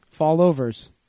Fallovers